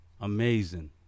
Amazing